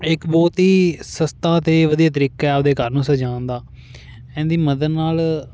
ਇੱਕ ਬਹੁਤ ਈ ਸਸਤਾ ਤੇ ਵਧੀਆ ਤਰੀਕਾ ਆਪਦੇ ਘਰ ਨੂੰ ਸਜਾਉਣ ਦਾ ਐਨ ਦੀ ਮਦਦ ਨਾਲ